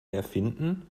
erfinden